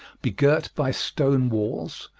begirt by stone walls,